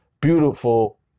beautiful